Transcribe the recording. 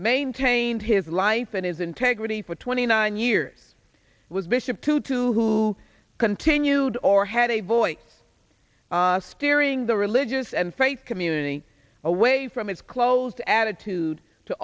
maintained his life and his integrity for twenty nine years was bishop tutu who continued or had a voice steering the religious and faith community away from its closed attitude to